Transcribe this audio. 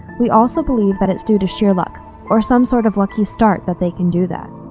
we also believe that it's due to sheer luck or some sort of lucky start that they can do that.